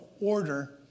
order